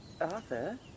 Arthur